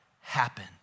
happen